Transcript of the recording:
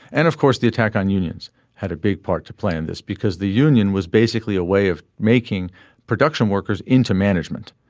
and of course the attack on unions had a big part to play in this because the union was basically a way of making production workers into management.